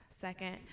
second